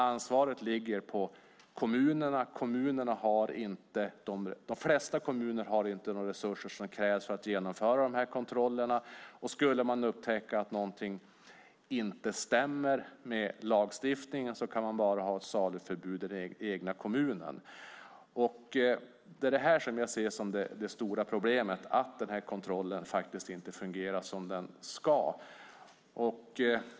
Ansvaret ligger på kommunerna, och de flesta kommuner har inte de resurser som krävs för att genomföra kontrollerna. Skulle man upptäcka att någonting inte stämmer med lagstiftningen kan man bara ha saluförbud i den egna kommunen. Det stora problemet är att kontrollen inte fungerar som den ska.